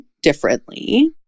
differently